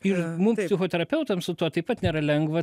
ir mum psichoterapeutams su tuo taip pat nėra lengva